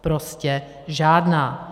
Prostě žádná.